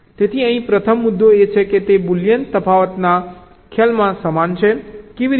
તેથી અહીં પ્રથમ મુદ્દો એ છે કે તે બુલિયન તફાવતના ખ્યાલમાં સમાન છે કેવી રીતે